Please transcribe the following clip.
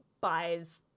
buys